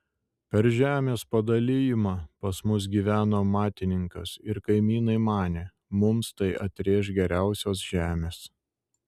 per žemės padalijimą pas mus gyveno matininkas ir kaimynai manė mums tai atrėš geriausios žemės